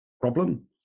problem